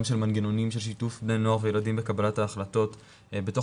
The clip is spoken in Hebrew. של מנגנונים של שיתוף בני נוער וילדים בקבלת ההחלטות בתוך